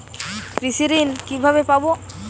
কৃষি ঋন কিভাবে পাব?